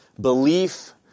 belief